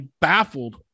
baffled